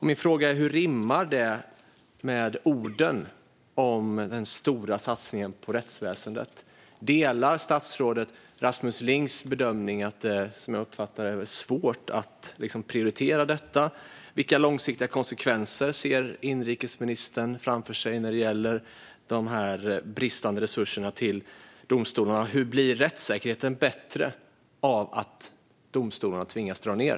Min fråga är: Hur rimmar detta med orden om den stora satsningen på rättsväsendet? Delar statsrådet Rasmus Lings bedömning att det, som jag uppfattar det, är svårt att prioritera detta? Vilka långsiktiga konsekvenser ser inrikesministern framför sig när det gäller de bristande resurserna till domstolarna? Hur blir rättssäkerheten bättre av att domstolarna tvingas dra ned?